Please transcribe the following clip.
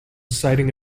citing